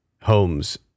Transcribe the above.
homes